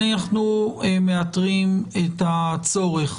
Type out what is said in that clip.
אנחנו מאתרים את הצורך